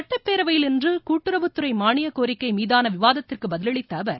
சட்டப்பேரவையில் இன்று கூட்டுறவுத்துறை மானியக்கோரிக்கை மீதான விவாதத்திற்கு பதிலளித்த அவர்